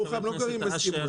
חבר הכנסת אשר,